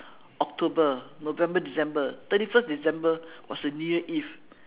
october november december thirty first december was the new year eve